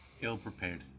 Ill-prepared